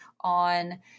on